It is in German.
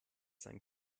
sein